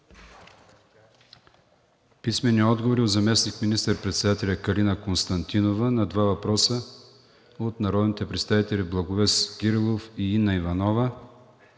Пламен Абровски; - заместник министър-председателя Калина Константинова на два въпроса от народните представители Благовест Кирилов и Инна Иванова;